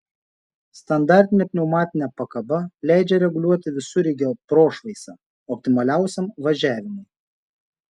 standartinė pneumatinė pakaba leidžia reguliuoti visureigio prošvaisą optimaliausiam važiavimui